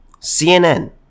CNN